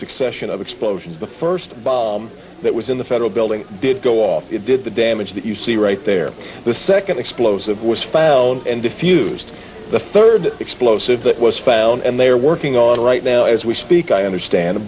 succession of explosions the first bomb that was in the federal building did go off it did the damage that you see right there the second explosive was found in diffused the third explosive that was found and they are working on right now as we speak i understand